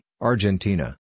Argentina